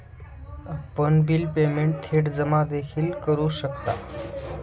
आपण bill payment थेट जमा देखील करू शकता